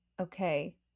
Okay